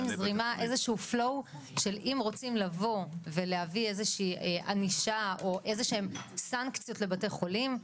זרימה של אם רוצים לבוא ולהביא איזושהי ענישה או סנקציות לבתי חולים,